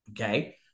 okay